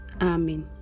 Amen